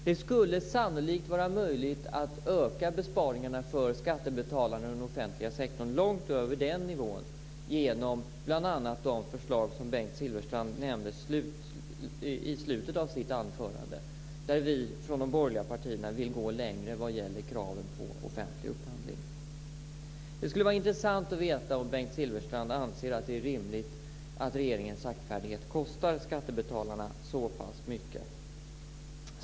Det skulle sannolikt vara möjligt att öka besparingarna i den offentliga sektorn för skattebetalarna långt över den nivån, bl.a. genom de förslag som Vi från de borgerliga partierna vill gå längre i kraven på offentlig upphandling. Det skulle vara intressant att veta om Bengt Silfverstrand anser att det är rimligt att regeringens saktfärdighet kostar skattebetalarna så pass mycket.